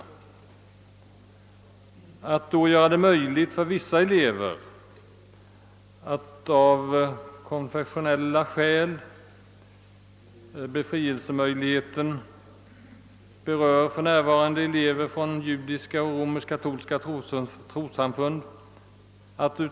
Den möjlighet till befrielse från denna undervisning genom åberopande av konfessionella skäl, vilken för närvarande finns, berör elever från judiska och romersk-katolska trossamfund.